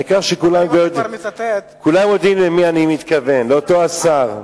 העיקר שכולם יודעים למי אני מתכוון, לאותו השר.